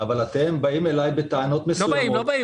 אבל אתם באים אלי בטענות מסוימות --- לא באים,